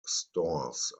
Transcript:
stores